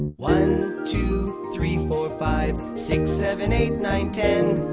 one two three four five, six seven eight nine ten.